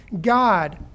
God